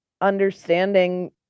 understanding